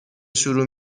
شروع